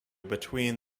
between